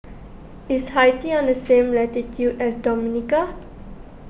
is Haiti on the same latitude as Dominica